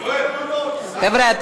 חבר'ה,